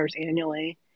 annually